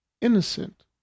innocent